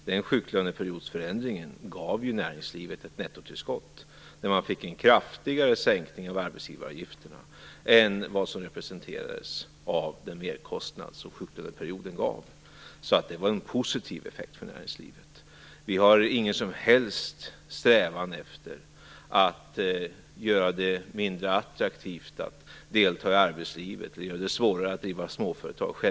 Den förändringen av sjuklöneperioden gav ju näringslivet ett nettotillskott, där man fick en kraftigare sänkning av arbetsgivaravgifterna än vad som representerades av den merkostnad som sjuklöneperioden gav. Det var alltså en positiv effekt för näringslivet. Vi har självfallet ingen som helst strävan efter att göra det mindre attraktivt att delta i arbetslivet eller göra det svårare att driva småföretag.